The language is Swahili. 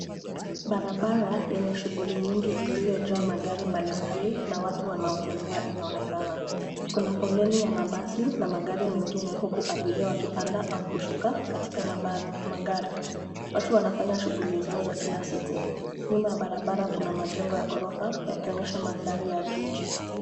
Barabara yenye shughuli nyingi iliyojaa magari mbalimbali na watu wanaotembea inaonekana. Kuna foleni ya mabasi na magari mengine huku abiria wakipanda au kushuka katika magari. Watu wanafanya shughuli zao za kila siku. Nyuma ya barabara kuna majengo ya ghorofa yakionyesha mandhari ya jiji.